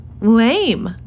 lame